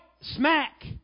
smack